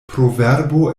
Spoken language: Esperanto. proverbo